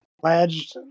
pledged